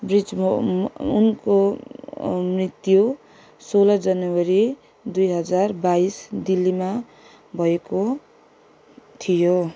bridge मो उनको मृत्यु सोह्र जनवरी दुई हजार बाइस दिल्लीमा भएको थियो